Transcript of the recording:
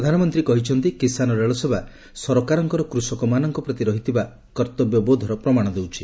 ପ୍ରଧାନମନ୍ତ୍ରୀ କହିଛନ୍ତି କିଷାନ ରେଳସେବା ସରକାରଙ୍କର କୃଷକମାନଙ୍କ ପ୍ରତି ରହିଥିବା କର୍ତ୍ତବ୍ୟବୋଧର ପ୍ରମାଣ ଦେଉଛି